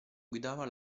guidava